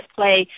play